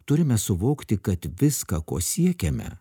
turime suvokti kad viską ko siekiame